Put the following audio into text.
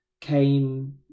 came